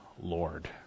Lord